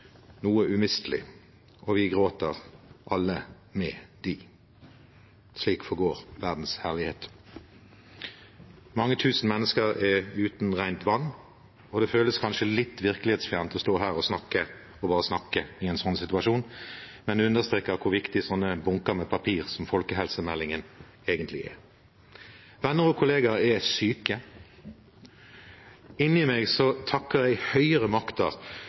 noe umistelig på grunn av det, og vi gråter alle med dem. Slik forgår verdens herlighet. Mange tusen mennesker er uten rent vann, og det føles kanskje litt virkelighetsfjernt å stå her og bare snakke i en slik situasjon, men det understreker hvor viktig en bunke med papir som folkehelsemeldingen egentlig er. Venner og kolleger er syke. Inni meg takker jeg